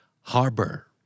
Harbor